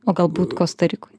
o galbūt kosta rikoj